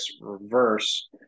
reverse